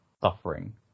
suffering